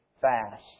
fast